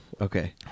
Okay